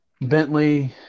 Bentley